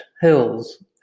hills